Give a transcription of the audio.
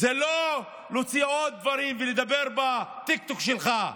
זה לא להוציא עוד דברים ולדבר בטיקטוק שלך.